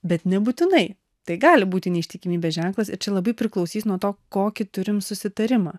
bet nebūtinai tai gali būti neištikimybės ženklasir čia labai priklausys nuo to kokį turim susitarimą